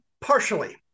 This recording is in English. Partially